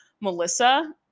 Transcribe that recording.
Melissa